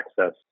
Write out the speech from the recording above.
access